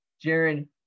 Jared